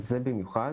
זה במיוחד.